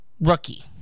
rookie